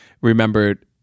remembered